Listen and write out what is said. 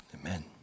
amen